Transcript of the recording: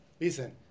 listen